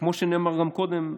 וכמו שנאמר גם קודם,